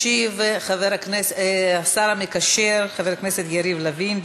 ישיב השר המקשר חבר הכנסת יריב לוין,